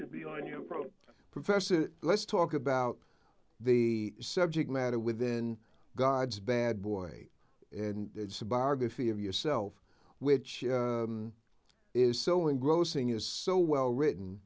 to be on you know professor let's talk about the subject matter within god's bad boy it's a biography of yourself which is so engrossing is so well written